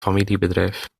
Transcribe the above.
familiebedrijf